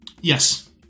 Yes